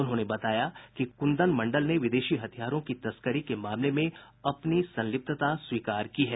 उन्होंने बताया कि कुंदन मंडल ने विदेशी हथियारों की तस्करी के मामले में अपनी संलिप्तता स्वीकार की है